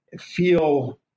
feel